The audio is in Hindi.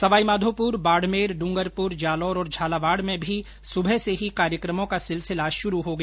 सवाईमाधोपुर बाडमेर डूंगरपुर जालौर और झालावाड में भी सुबह से ही कार्यकमों का सिलसिला शुरू हो गया